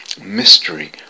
mystery